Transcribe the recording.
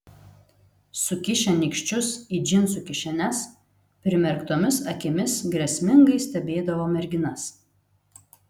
sukišę nykščius į džinsų kišenes primerktomis akimis grėsmingai stebėdavo merginas